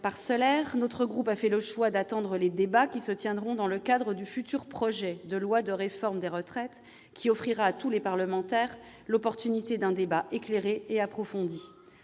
parcellaire, notre groupe a fait le choix d'attendre les débats qui se tiendront dans le cadre du futur projet de loi de réforme des retraites, lequel offrira à tous les parlementaires l'occasion d'un travail éclairé et approfondi.